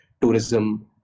tourism